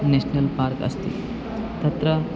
national park अस्ति तत्र